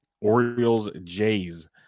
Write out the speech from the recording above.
Orioles-Jays